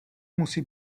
musí